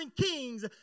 kings